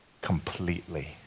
completely